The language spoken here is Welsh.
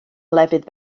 lefydd